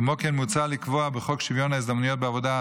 כמו כן מוצע לקבוע בחוק שוויון ההזדמנויות בעבודה,